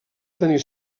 tenir